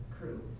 crew